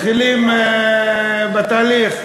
מתחילים עכשיו בתהליך,